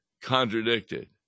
contradicted